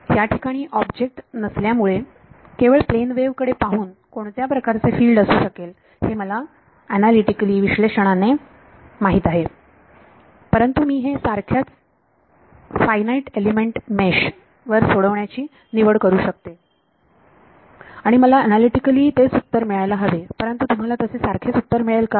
याठिकाणी ऑब्जेक्ट नसल्यामुळे केवळ प्लेन वेव्ह कडे पाहून कोणत्या प्रकारचे फिल्ड असू शकेल हे मला विश्लेषणाने माहित आहे परंतु मी हे सारख्याच फायनाईट एलिमेंट मेष वर सोडवण्याची निवड करू शकते आणि मला अनालीटीकली तेच उत्तर मिळायला हवे परंतु तुम्हाला तसे सारखेच उत्तर मिळेल का